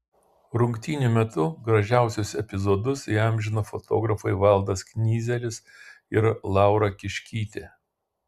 rungtynių metu gražiausius epizodus įamžino fotografai valdas knyzelis ir laura kiškytė